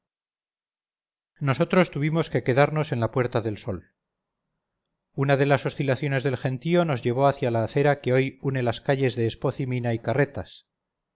nosotros tuvimos que quedarnos en la puerta del sol una de las oscilaciones del gentío nos llevó hacia la acera que hoy une las calles de espoz y mina y carretas